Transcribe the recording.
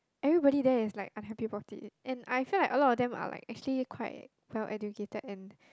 everybody there is like unhappy about it and I feel like a lot of them are like actually quite well educated and